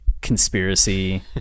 conspiracy